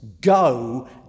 Go